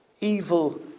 evil